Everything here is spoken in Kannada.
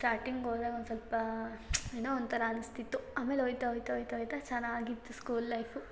ಸ್ಟಾಟಿಂಗ್ ಹೋದಾಗ್ ಒಂದು ಸ್ವಲ್ಪ ಏನೋ ಒಂಥರ ಅನಿಸ್ತಿತ್ತು ಆಮೇಲೆ ಹೋಯ್ತಾ ಹೋಯ್ತಾ ಹೋಯ್ತಾ ಹೋಯ್ತಾ ಚೆನ್ನಾಗಿತ್ತು ಸ್ಕೂಲ್ ಲೈಫು